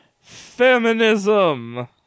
Feminism